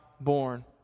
born